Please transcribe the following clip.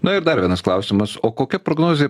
na ir dar vienas klausimas o kokia prognozė